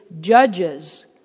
judges